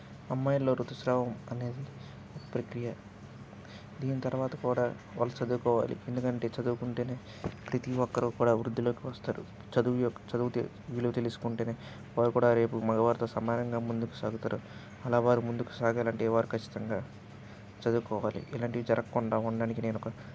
అమ్మాయిల్లో రుతుస్రావం అనేది ప్రక్రియ దీని తర్వాత కూడా వాళ్ళు చదువుకోవాలి ఎందుకంటే చదువుకుంటేనే ప్రతీ ఒక్కరు కూడా వృద్దిలోకి వస్తారు చదువు యొక్క చదువు విలువ తెలుసుకుంటేనే వారు కూడా రేపు మగవారితో సమానంగా ముందుకు సాగుతారు అలా వారు ముందుకు సాగాలంటే వారు ఖచ్చితంగా చదువుకోవాలి ఇలాంటివి జరగక్కుండా ఉండానికి నేనొక